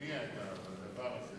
להטמיע את הדבר הזה